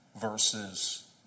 versus